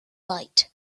light